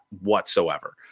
whatsoever